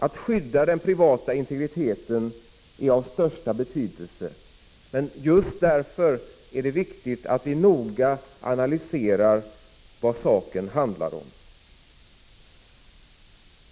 Att skydda den privata integriteten är av största betydelse, men just därför är det viktigt att vi noga analyserar vad det handlar om.